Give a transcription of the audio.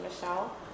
Michelle